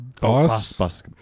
boss